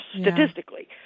statistically